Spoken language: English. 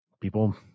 people